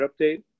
update